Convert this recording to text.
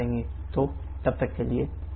तो तब तक के लिए धन्यवाद